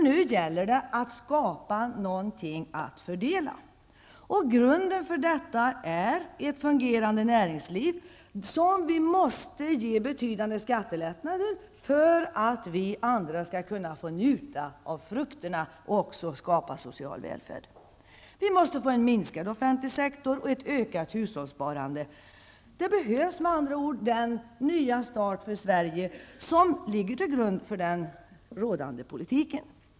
Nu gäller det att skapa något att fördela. Grunden för detta är ett fungerande näringsliv, som vi måste ge betydande skattelättnader för att vi andra skall kunna få njuta av frukterna och också skapa social välfärd. Vi måste få en minskad offentlig sektor och ökat hushållssparande. Det behövs med andra ord den nya start för Sverige som ligger till grund för den nya regeringens politik.